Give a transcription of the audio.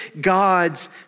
God's